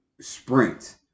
sprint –